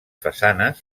façanes